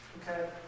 Okay